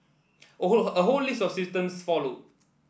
a whole a whole list of symptoms followed